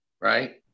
Right